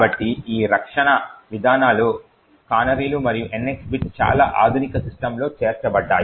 కాబట్టి ఈ రక్షణ విధానాలు కానరీలు మరియు NX బిట్ చాలా ఆధునిక సిస్టమలో చేర్చబడ్డాయి